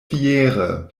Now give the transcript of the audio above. fiere